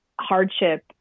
hardship